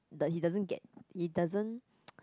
that he doesn't get he doesn't